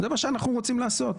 זה מה שאנחנו רוצים לעשות.